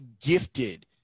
gifted